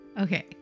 Okay